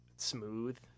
Smooth